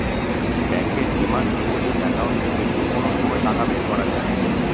ব্যাঙ্কের demand deposit account থেকে যে কোনো সময় টাকা বের করা যায়